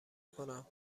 کنم